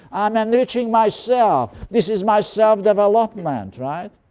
i'm enriching myself. this is my self-development. right?